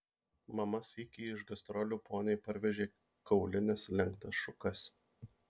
mama sykį iš gastrolių poniai parvežė kaulines lenktas šukas